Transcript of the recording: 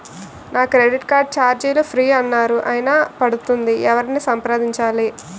నా credit card ఛార్జీలు free అన్నారు అయినా పడుతుంది ఎవరిని సంప్రదించాలి?